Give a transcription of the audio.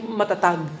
matatag